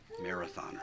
marathoner